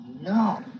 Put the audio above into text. no